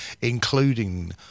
including